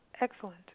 Excellent